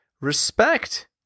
Respect